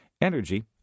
energy